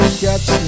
catch